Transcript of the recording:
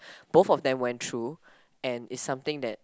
both of them went through and it's something that